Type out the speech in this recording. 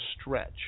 stretch